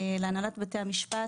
להנהלת בתי המשפט